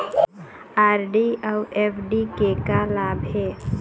RD अऊ FD के का लाभ हे?